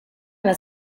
alla